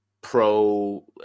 pro